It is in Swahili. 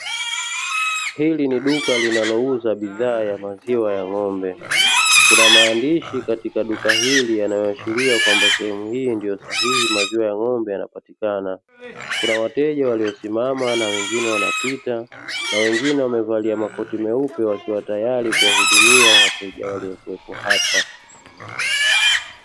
Hili ni duka linalouza bidhaa ya maziwa ya ng'ombe. Kuna maandishi katika duka hili yanayoashiria kwamba sehemu ndiyo sahihi maziwa ya ng'ombe yanapatikana, kuna wateja waliosimama na wengine wanapita na wengine wamevalia makoti meupe wakiwa tayari kuwahudumia wateja waliokuwepo hapa.